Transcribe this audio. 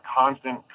constant